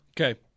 Okay